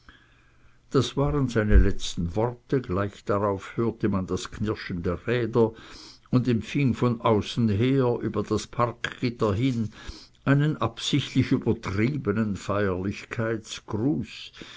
das waren seine letzten worte gleich darauf hörte man das knirschen der räder und empfing von außen her über das parkgitter hin einen absichtlich übertriebenen feierlichkeitsgruß